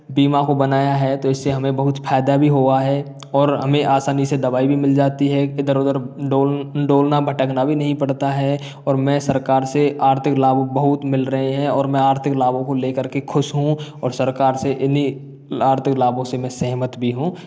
बीमा को बनाया है तो इससे हमें बहुत फायदा भी हुआ है और हमें आसानी से दवाई भी मिल जाती है इधर उधर डोलना भटकना भी नहीं पड़ता है और मैं सरकार से आर्थिक लाभ बहुत मिल रहे हैं और मैं आर्थिक लाभों को ले कर के खुश हूँ और सरकार से इन्हीं आर्थिक लाभों से मैं सहमत भी हूँ